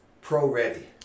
pro-ready